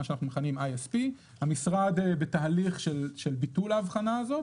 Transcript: מה שאנחנו מכנים ISP. המשרד בתהליך של ביטול ההבחנה הזו.